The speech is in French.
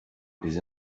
les